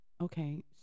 Okay